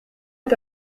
est